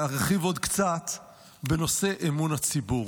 אני רוצה להרחיב עוד קצת בנושא אמון הציבור,